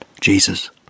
Jesus